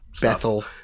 Bethel